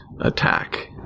attack